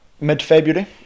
mid-February